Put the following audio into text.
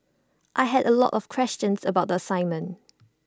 I had A lot of questions about the assignment